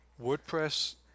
WordPress